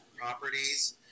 properties